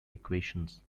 equations